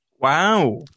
Wow